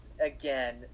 again